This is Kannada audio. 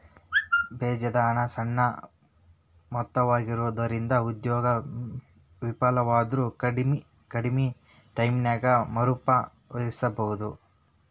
ಬೇಜದ ಹಣ ಸಣ್ಣ ಮೊತ್ತವಾಗಿರೊಂದ್ರಿಂದ ಉದ್ಯೋಗ ವಿಫಲವಾದ್ರು ಕಡ್ಮಿ ಟೈಮಿನ್ಯಾಗ ಮರುಪಾವತಿಸಬೋದು